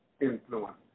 influence